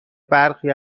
برخی